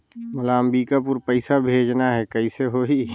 मोला अम्बिकापुर पइसा भेजना है, कइसे होही?